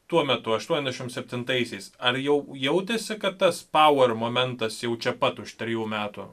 tuo metu aštuoniasdešimt septintaisiais ar jau jautėsi kad tas power momentas jau čia pat už trijų metų